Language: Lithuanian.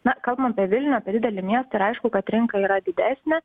na kalbam apie vilnių didelį miestą ir aišku kad rinka yra didesnė